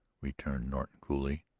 returned norton coolly.